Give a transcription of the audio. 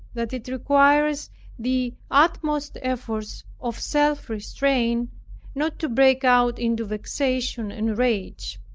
that it requires the utmost efforts of self-restraint, not to break out into vexation and rage.